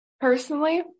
personally